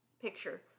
picture